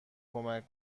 کمک